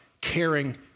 caring